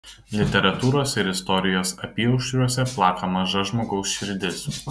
literatūros ir istorijos apyaušriuose plaka maža žmogaus širdis